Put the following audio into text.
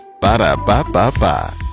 Ba-da-ba-ba-ba